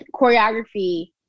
choreography